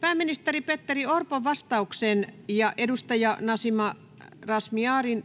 Pääministeri Petteri Orpon vastauksen ja edustaja Nasima Razmyarin